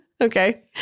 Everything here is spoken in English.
Okay